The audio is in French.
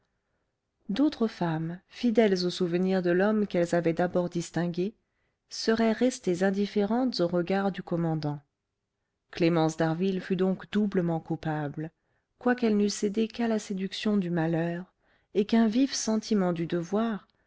d'autres femmes fidèles au souvenir de l'homme qu'elles avaient d'abord distingué seraient restées indifférentes aux regards du commandant clémence d'harville fut donc doublement coupable quoiqu'elle n'eût cédé qu'à la séduction du malheur et qu'un vif sentiment du devoir